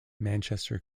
manchester